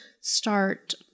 start